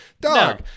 dog